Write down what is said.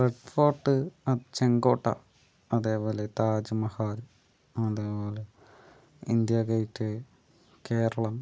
red Fort ചെങ്കോട്ട അതേപോലെ താജ് മഹൽ അതേപോലെ ഇന്ത്യ ഗേറ്റ് കേരളം